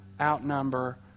outnumber